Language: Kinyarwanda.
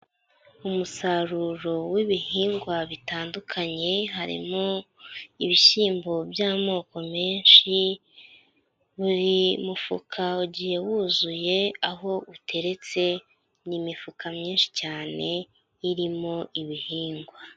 Umusaruro w'ibihingwa bitandukanye, harimo ibishyimbo by'amoko menshi, buri mufuka ugiye wuzuye aho uteretse, ni imifuka myinshi cyane, irimo ibihingwa.